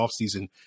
offseason